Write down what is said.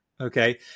okay